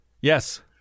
yes